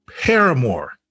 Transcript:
Paramore